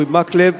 אורי מקלב